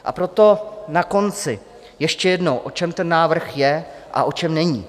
A proto na konci ještě jednou, o čem ten návrh je a o čem není.